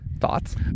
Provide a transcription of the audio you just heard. thoughts